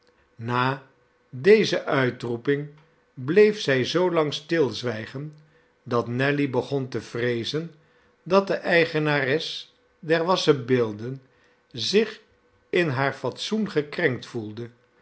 na deze uitroeping bleef zij zoolang stilzwijgen dat nelly begon te vreezen dat de eigenares der wassen beelden zich in haar fatsoen gekrenkt voelde